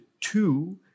two